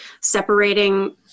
separating